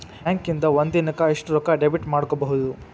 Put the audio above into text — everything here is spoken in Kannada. ಬ್ಯಾಂಕಿಂದಾ ಒಂದಿನಕ್ಕ ಎಷ್ಟ್ ರೊಕ್ಕಾ ಡೆಬಿಟ್ ಮಾಡ್ಕೊಬಹುದು?